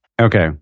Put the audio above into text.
Okay